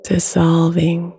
dissolving